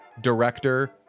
director